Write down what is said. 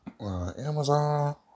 Amazon